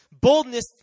boldness